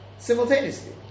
Simultaneously